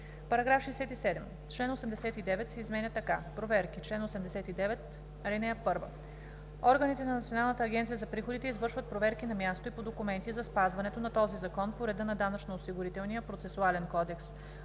§ 67: „§ 67. Член 89 се изменя така: „Проверки Чл. 89. (1) Органите на Националната агенция за приходите извършват проверки на място и по документи за спазването на този закон по реда на Данъчно-осигурителния процесуален кодекс.